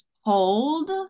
hold